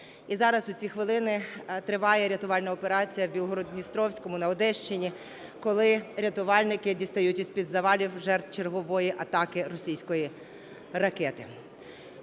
І зараз у ці хвилини триває рятувальна операція в Білгороді-Дністровському на Одещині, коли рятувальники дістають із-під завалів жертв чергової атаки російської ракети.